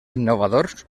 innovadors